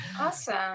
Awesome